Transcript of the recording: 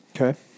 Okay